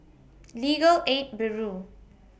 Legal Aid Bureau